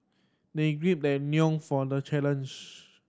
they their for the challenge